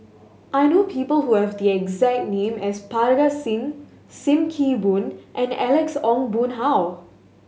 I know people who have the exact name as Parga Singh Sim Kee Boon and Alex Ong Boon Hau